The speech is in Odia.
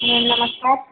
ନମସ୍କାର